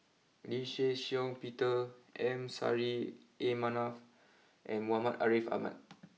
Lee Shih Shiong Peter M Saffri A Manaf and Muhammad Ariff Ahmad